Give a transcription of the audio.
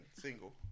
single